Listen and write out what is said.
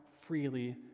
freely